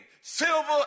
Silver